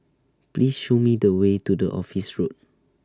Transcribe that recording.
Please Show Me The Way to The Office Road